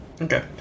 okay